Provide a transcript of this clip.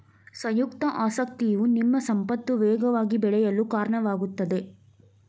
ಸಂಯುಕ್ತ ಆಸಕ್ತಿಯು ನಿಮ್ಮ ಸಂಪತ್ತು ವೇಗವಾಗಿ ಬೆಳೆಯಲು ಕಾರಣವಾಗುತ್ತದೆ